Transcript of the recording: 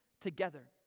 together